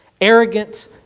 arrogant